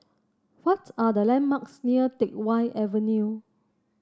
what are the landmarks near Teck Whye Avenue